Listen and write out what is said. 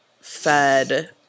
fed